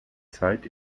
zeit